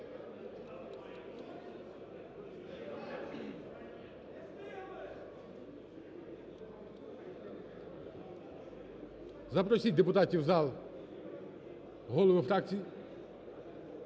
Запросіть депутатів в зал, голови фракцій.